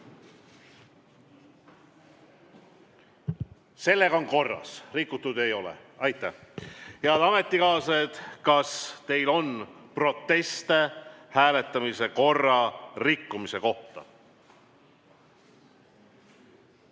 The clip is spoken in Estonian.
Sellega on korras, turvaplomme rikutud ei ole. Aitäh! Head ametikaaslased, kas teil on proteste hääletamise korra rikkumise kohta?